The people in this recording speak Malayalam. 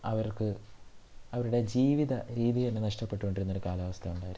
അവർക്ക് അവരുടെ ജീവിത രീതി തന്നെ നഷ്ടപ്പെട്ടുകൊണ്ടിരുന്ന ഒരു കാലാവസ്ഥ ഉണ്ടായിരുന്നു